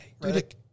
right